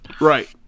Right